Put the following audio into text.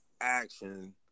action